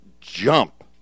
jump